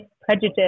prejudice